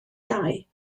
iau